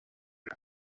him